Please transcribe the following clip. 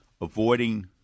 avoiding